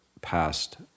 past